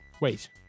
wait